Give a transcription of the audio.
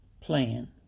plan